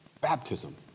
baptism